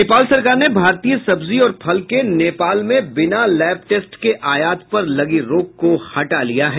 नेपाल सरकार ने भारतीय सब्जी और फल के नेपाल में बिना लैब टेस्ट के आयात पर लगी रोक को हटा लिया है